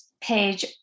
page